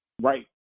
Right